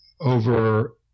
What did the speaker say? over